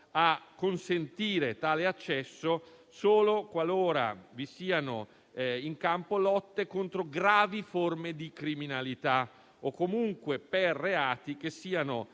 di consentire tale accesso solo qualora si tratti di lotta contro gravi forme di criminalità o comunque per reati che siano